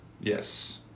Yes